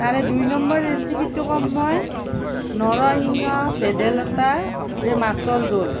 তাৰে দুই নম্বৰ ৰেচিপিটো ক'ম মই নৰসিংহ ভেদাইলতাৰে মাছৰ জোল